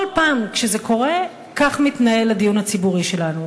כל פעם שזה קורה, כך מתנהל הדיון הציבורי שלנו.